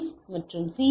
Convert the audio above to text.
S மற்றும் C